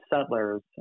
settlers